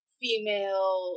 female